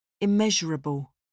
Immeasurable